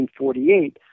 1948